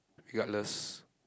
regardless